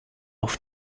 off